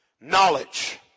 Knowledge